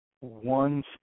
one